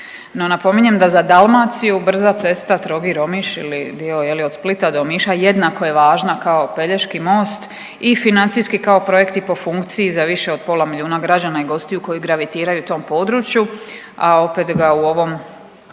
No napominjem da za Dalmaciju brza cesta Trogir-Omiš ili dio od Splita do Omiša jednako je važna kao Pelješki most i financijski kao projekt i po funkciji za više od pola milijuna građana i gostiju koji gravitiraju tom području, a opet ga u ovom